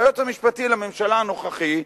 והיועץ המשפטי לממשלה הנוכחי,